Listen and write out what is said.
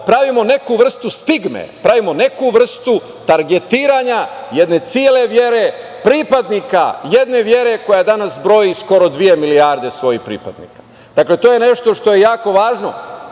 pravimo neku vrstu stigme, pravimo neku vrstu targetiranja jedne cele vere, pripadnika jedne vere koja danas broji skoro dve milijarde svojih pripadnika. To je nešto što je jako važno,